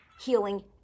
healing